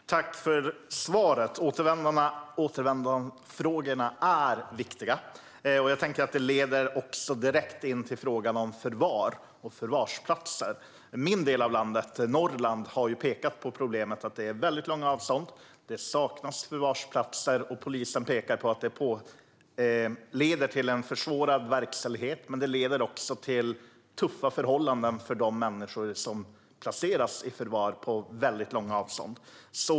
Fru talman! Jag tackar för svaret. Återvändandefrågan är viktig. Den leder också direkt in till frågan om förvar och förvarsplatser. I min del av landet, Norrland, har man pekat på problemet med långa avstånd och att det saknas förvarsplatser. Polisen pekar på att det leder till försvårad verkställighet. Men det leder också till tuffa förhållanden för de människor som placeras i förvar som ligger väldigt långt bort.